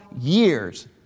years